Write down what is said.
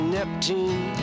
Neptune